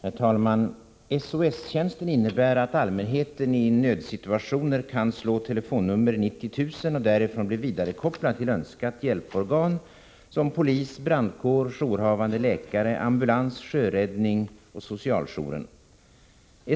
Herr talman! SOS-tjänsten innebär att allmänheten i nödsituationer kan slå telefonnummer 90 000 och därifrån bli vidarekopplad till önskat hjälporgan, såsom polis, brandkår, jourhavande läkare, ambulans, sjöräddning och socialjouren.